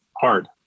hard